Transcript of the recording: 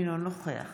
אינו נוכח